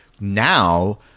now